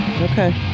okay